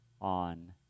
on